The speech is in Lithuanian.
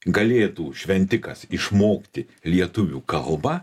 galėtų šventikas išmokti lietuvių kalbą